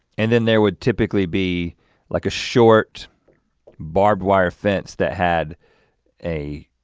and then there would typically be like a short barbed wired fence that had a,